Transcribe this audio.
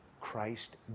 Christ